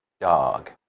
dog